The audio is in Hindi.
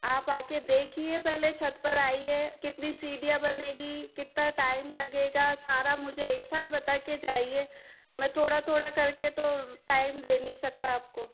आप आकर देखिए पहले छत्त पर आए कितनी सीढ़ियाँ बनेगी कितना टाइम लगेगा सारा मुझे एक साथ बात के जाइए मैं थोड़ा थोड़ा कर के तो टाइम दे नहीं सकता आपको